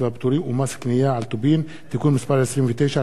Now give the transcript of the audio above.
והפטורים ומס קנייה על טובין (תיקון מס' 29),